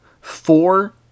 four